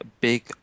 Big